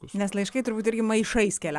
nes laiškai turbūt irgi maišais kelia